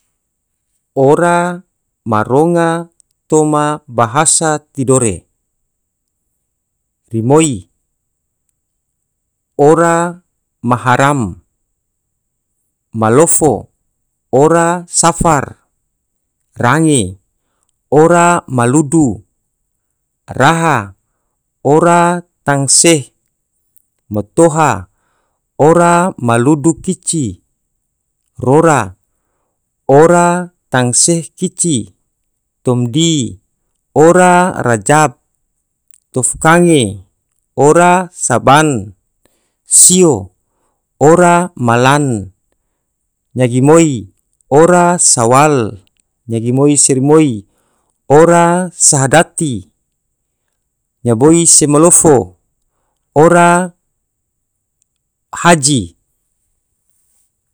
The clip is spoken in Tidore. Ora ma ronga toma bahasa tidore, rimoi ora mahram, malofo ora safar, range ora maludu, raha ora tangseh, matoha ora maludu kici, rora ora tangseh kici, tomdi ora rajab, tufkange ora saban, sio ora malan, nyagi moi ora sawal, nyagi moi se rimoi ora sahdati, nyaboi se malofo ora haji.